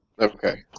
Okay